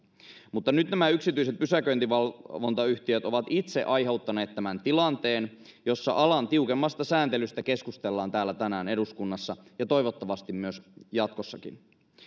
mutta nyt nämä yksityiset pysäköintivalvontayhtiöt ovat itse aiheuttaneet tämän tilanteen jossa alan tiukemmasta sääntelystä keskustellaan tänään täällä eduskunnassa ja toivottavasti myös jatkossakin